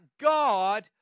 God